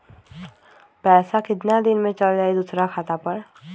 पैसा कितना दिन में चल जाई दुसर खाता पर?